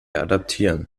adaptieren